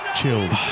chills